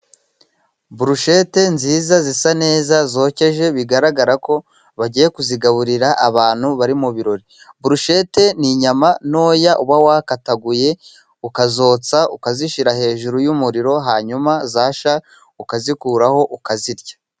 Burushete nziza zisa neza zokeje, bigaragara ko bagiye kuzigaburira abantu bari mu birori. Burushete ni inyama ntoya uba wakataguye ukazotsa, ukazishyira hejuru y'umuriro, hanyuma zashya ukazikuraho ukazirya.